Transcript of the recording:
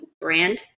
brand